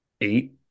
Eight